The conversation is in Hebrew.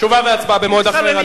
תשובה והצבעה במועד אחר.